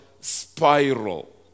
spiral